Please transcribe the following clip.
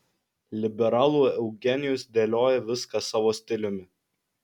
liberalų eugenijus dėlioja viską savo stiliumi